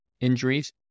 injuries